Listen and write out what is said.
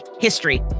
history